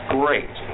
great